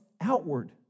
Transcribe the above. outward